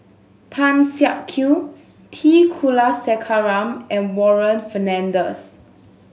Tan Siak Kew T Kulasekaram and Warren Fernandez